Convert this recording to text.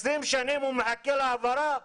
20 שנים הוא מחכה להעברה.